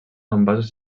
envasos